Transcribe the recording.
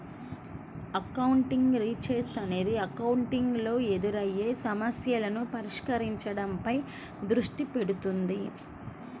accounting research అనేది accounting లో ఎదురయ్యే సమస్యలను పరిష్కరించడంపై దృష్టి పెడుతుంది